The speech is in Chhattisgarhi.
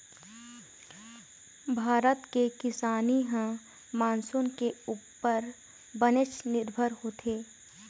भारत के किसानी ह मानसून के उप्पर बनेच निरभर होथे